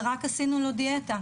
ורק עשינו לו דיאטה.